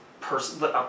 person